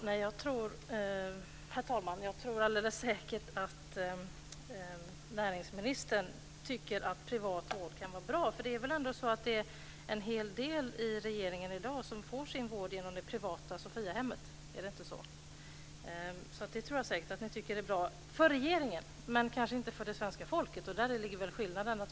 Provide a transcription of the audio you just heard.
Herr talman! Jag tror alldeles säkert att näringsministern tycker att privat vård kan vara bra. Det är väl ändå så att en hel del i regeringen i dag får sin vård genom det privata Sophiahemmet, är det inte så? Så det tror jag säkert att ni tycker är bra - för regeringen. Däremot kanske det inte är bra för svenska folket. Det är väl skillnaden.